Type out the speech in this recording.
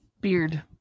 Beard